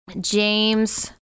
James